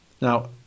Now